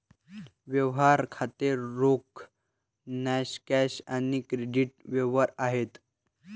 व्यवहार खाती रोख, नॉन कॅश आणि क्रेडिट व्यवहार आहेत